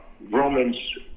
Romans